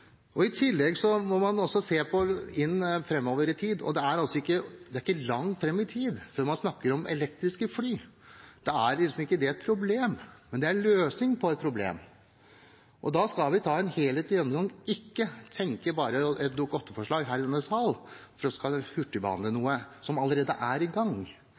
viktig. I tillegg må man se framover i tid, og det er ikke langt fram i tid før man snakker om elektriske fly. Da er ikke det et problem, men det er en løsning på et problem. Da skal vi ta en helhetlig gjennomgang, ikke bare tenke et Dokument 8-forslag her i denne sal for å hurtigbehandle noe som allerede er i gang.